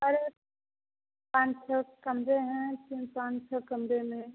अरे पाँच छः कमरे हैं इसमें पाँच छः कमरे में